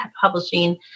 publishing